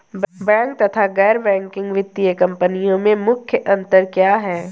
Bank तथा गैर banking वित्तीय कंपनियों में मुख्य अंतर क्या है?